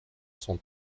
sont